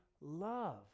love